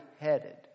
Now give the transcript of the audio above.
headed